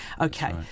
Okay